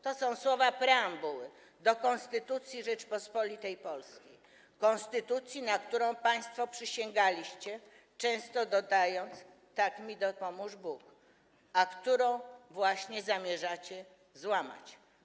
To są słowa preambuły Konstytucji Rzeczypospolitej Polskiej, konstytucji, na którą państwo przysięgaliście, często dodając „tak mi dopomóż Bóg”, a którą właśnie zamierzacie złamać.